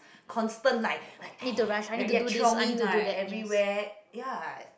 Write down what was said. constant like like chiong-ing right every way